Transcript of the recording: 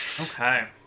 Okay